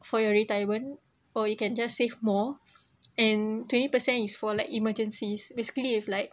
for your retirement or you can just save more and twenty percent is for like emergencies basically if like